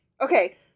Okay